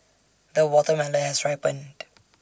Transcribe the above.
the watermelon has ripened